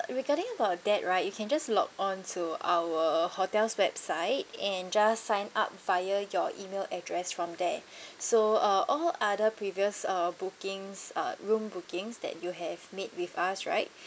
regarding about that right you can just log on to our hotel's website and just sign up via your email address from there so uh all other previous uh bookings uh room bookings that you have made with us right